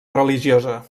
religiosa